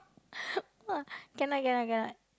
ah cannot cannot cannot